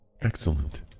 Excellent